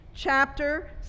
Chapter